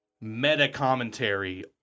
meta-commentary